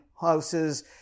houses